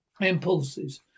Impulses